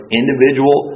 individual